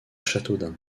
châteaudun